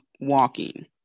Walking